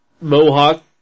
mohawk